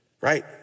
right